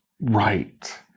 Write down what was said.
right